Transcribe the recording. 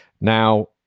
Now